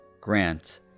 Grant